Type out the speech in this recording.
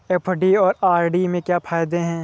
FD और RD के क्या फायदे हैं?